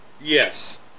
Yes